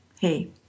hey